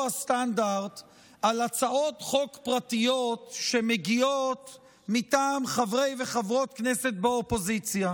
הסטנדרט על הצעות חוק פרטיות שמגיעות מטעם חברי וחברות כנסת באופוזיציה.